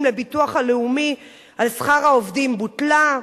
לביטוח הלאומי על שכר העובדים בוטלה.